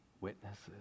witnesses